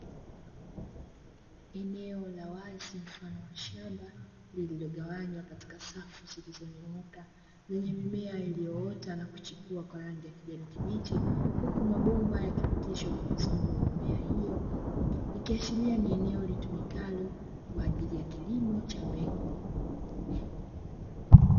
Eneo la wazi mfano wa shamba lililogawanywa katika safu zilizonyoka, lenye mimea iliyoota na kuchipua kwa rangi ya kijani kibichi, huku mabomba yakipitishwa pembezoni mwa mimea hiyo, ikiashiria ni eneo litumikalo kwa ajili ya kilimo cha mbegu.